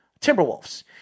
Timberwolves